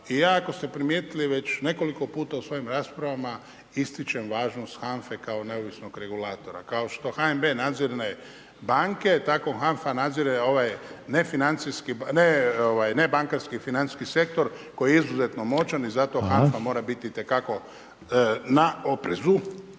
i ja ako ste primijetili već nekoliko puta u svojim raspravama ističem važnost HANFA-e, kao neovisnog regulatora. Kao što HNB nadzire banke, tako HANFA nadzire ovaj nebankarski financijski sektor koji je izuzetno moćan i zato HANFA mora biti itekako na oprezu.